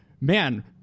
man